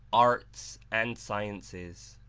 arts and sciences.